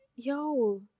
Yo